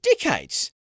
decades